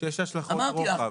שיש השלכות רוחב.